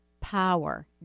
power